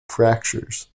fractures